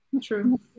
true